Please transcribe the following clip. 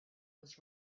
was